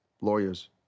lawyers